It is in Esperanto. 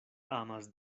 amas